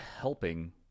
helping